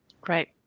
Great